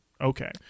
okay